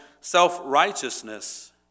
self-righteousness